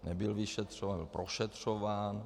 Nebyl vyšetřován nebo prošetřován...